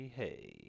hey